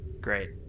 Great